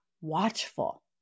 watchful